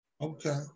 Okay